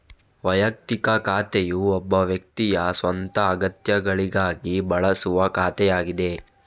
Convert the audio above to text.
ವೈಯಕ್ತಿಕ ಖಾತೆಯು ಒಬ್ಬ ವ್ಯಕ್ತಿಯ ಸ್ವಂತ ಅಗತ್ಯಗಳಿಗಾಗಿ ಬಳಸುವ ಖಾತೆಯಾಗಿದೆ